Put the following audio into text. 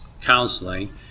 counseling